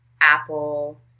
Apple